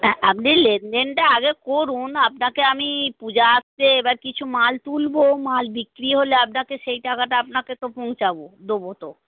হ্যাঁ আপনি লেনদেনটা আগে করুন আপনাকে আমি পূজা আসছে এবার কিছু মাল তুলবো মাল বিক্রি হলে আপনাকে সেই টাকাটা আপনাকে তো পৌঁছাবো দোবো তো